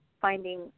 finding